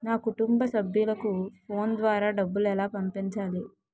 నా కుటుంబ సభ్యులకు ఫోన్ ద్వారా డబ్బులు ఎలా పంపించాలి?